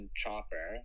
chopper